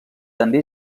també